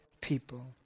people